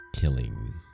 killing